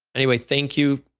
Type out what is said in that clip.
anyway, thank you,